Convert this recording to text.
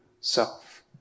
self